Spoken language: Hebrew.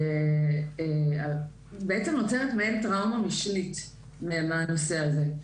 אז בעצם נוצרת מעין טראומה משנית מהנושא הזה.